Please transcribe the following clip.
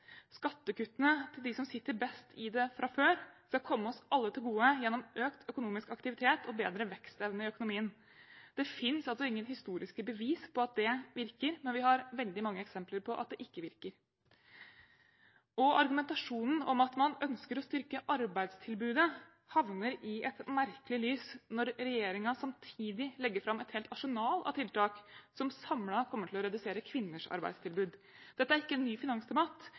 Skattekuttene til dem som sitter best i det fra før, skal komme oss alle til gode gjennom økt økonomisk aktivitet og bedre vekstevne i økonomien. Det finnes ingen historiske bevis for at det virker, men vi har veldig mange eksempler på at det ikke virker. Og argumentasjonen om at man ønsker å styrke arbeidstilbudet, havner i et merkelig lys når regjeringen samtidig legger fram et helt arsenal av tiltak, som samlet kommer til å redusere kvinners arbeidstilbud. Dette er ikke en ny finansdebatt,